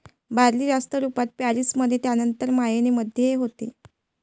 barley जास्त रुपात पेरीस मध्ये त्यानंतर मायेन मध्ये होते